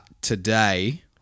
Today